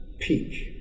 peak